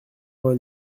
vingt